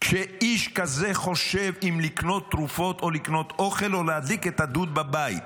כשאיש כזה חושב אם לקנות תרופות או לקנות אוכל או להדליק את הדוד בבית,